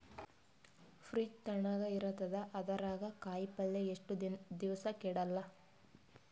Fridge ತಣಗ ಇರತದ, ಅದರಾಗ ಕಾಯಿಪಲ್ಯ ಎಷ್ಟ ದಿವ್ಸ ಕೆಡಲ್ಲ?